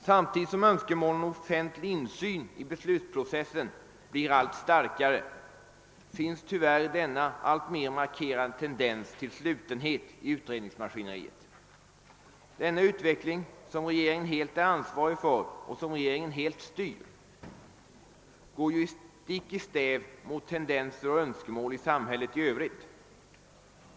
Samtidigt som önskemålen om offentlig insyn i beslutsprocessen blir allt starkare gör sig tyvärr denna tendens till slutenhet i utredningsmaskineriet alltmer markerad. Denna utveckling, som regeringen helt är ansvarig för och som helt styrs av regeringen, går ju stick i stäv mot önskemål och tendenser i samhället i övrigt.